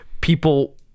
people